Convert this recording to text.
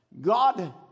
God